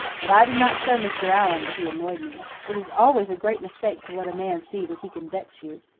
but i did not show mr. allan that he annoyed me. it is always a great mistake to let a man see that he can vex you.